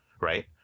Right